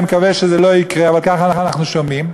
אני מקווה שזה לא יקרה, אבל ככה אנחנו שומעים.